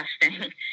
interesting